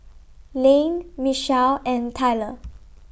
Layne Michelle and Tyler